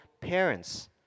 parents